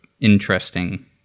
interesting